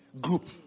group